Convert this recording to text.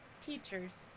teachers